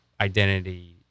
identity